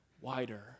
wider